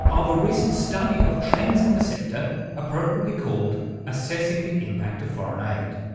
of a recent study of trends in the sector appropriately called assessing the impact of foreign aid.